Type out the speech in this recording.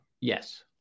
yes